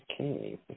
Okay